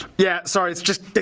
yeah, sorry, it's just.